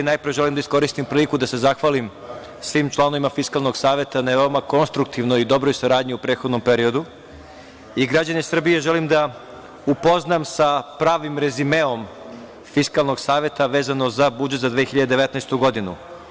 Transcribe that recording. Najpre želim da iskoristim priliku da se zahvalim svim članovima Fiskalnog saveta na veoma konstruktivnoj i dobroj saradnji u prethodnom periodu i građane Srbije želim da upoznam sa pravnim rezimeom Fiskalnog saveta vezano za budžet za 2019. godinu.